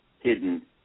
Hidden